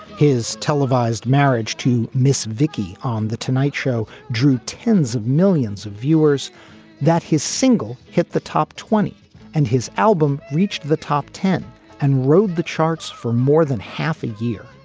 his televised marriage to miss vicki on the tonight show drew tens of millions of viewers that his single hit the top twenty and his album reached the top ten and rode the charts for more than half a year